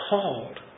Called